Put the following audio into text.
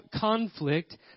conflict